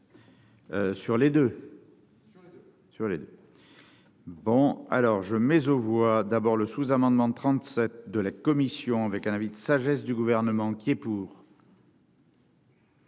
Sur les 2 sur les 2. Bon alors je mais on voit d'abord le sous-amendement 37 de la commission avec un avis de sagesse du gouvernement qui est pour.